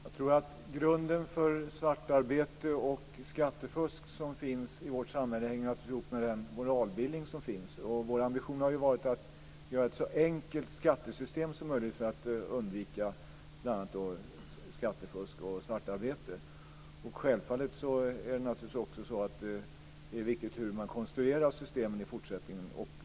Fru talman! Jag tror att grunden för svartarbete och skattefusk i vårt samhälle naturligtvis hänger ihop med den moralbildning som finns. Vår ambition har varit att göra ett så enkelt skattesystem som möjligt för att undvika bl.a. skattefusk och svartarbete. Självfallet är det också viktigt hur man konstruerar systemen i fortsättningen.